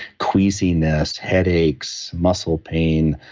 queasiness, headaches, muscle pain,